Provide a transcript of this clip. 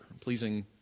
pleasing